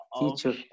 teacher